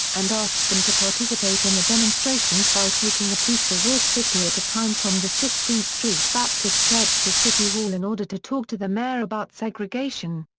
and asked them to participate in the demonstrations by taking a peaceful walk fifty at a time from the sixteenth street baptist church to city hall in order to talk to the mayor about segregation.